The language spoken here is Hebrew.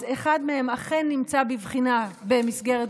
אז אחד אכן נמצא בבחינה במסגרת